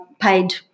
paid